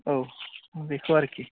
औ बेखौ आरोखि